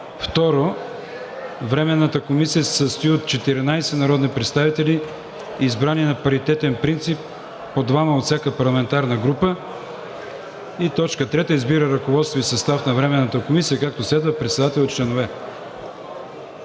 АД. 2. Временната комисия се състои от 14 народни представители, избрани на паритетен принцип – по двама от всяка парламентарна група. 3. Избира ръководство и състав на Временната комисия, както следва: Председател:.. Членове:..“